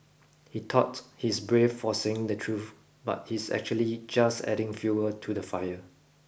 he thought he's brave for saying the truth but he's actually just adding fuel to the fire